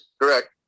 Correct